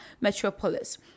metropolis